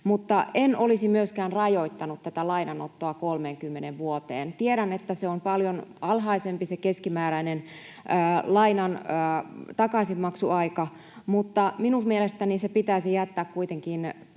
mutta en olisi myöskään rajoittanut tätä lainanottoa 30 vuoteen. Tiedän, että on paljon alhaisempi se keskimääräinen lainan takaisinmaksuaika, mutta minun mielestäni se pitäisi jättää kuitenkin